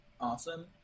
Awesome